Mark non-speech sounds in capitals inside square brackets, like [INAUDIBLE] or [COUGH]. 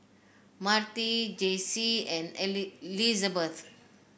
Marti Jaycie and [UNINTELLIGIBLE] Lizabeth